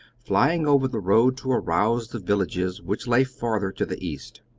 flying over the road to arouse the villages which lay farther to the east.